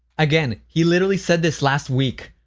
again, he literally said this last week.